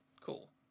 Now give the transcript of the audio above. Cool